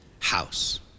house